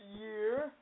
year